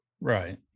Right